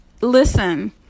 Listen